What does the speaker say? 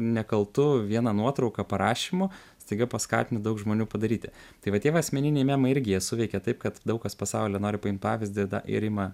nekaltu viena nuotrauka parašymu staiga paskatini daug žmonių padaryti tai va tie va asmeniniai memai irgi jie suveikia taip kad daug kas pasauly nori paimt pavyzdį na ir ima